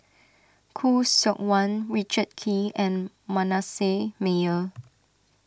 Khoo Seok Wan Richard Kee and Manasseh Meyer